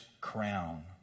crown